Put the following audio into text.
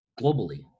globally